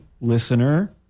listener